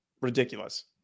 ridiculous